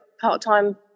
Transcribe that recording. part-time